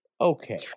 Okay